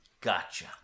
Gotcha